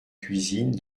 cuisine